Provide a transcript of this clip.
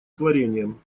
творением